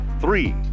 three